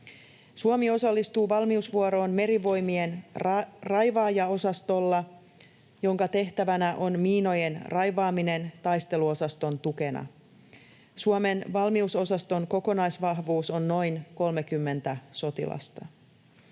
Suomi osallistuu valmiusvuoroon Merivoimien raivaajaosastolla, jonka tehtävänä on miinojen raivaaminen taisteluosaston tukena. Suomen valmiusosaston kokonaisvahvuus on noin 30 sotilasta.